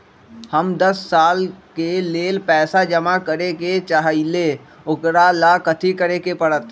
हम दस साल के लेल पैसा जमा करे के चाहईले, ओकरा ला कथि करे के परत?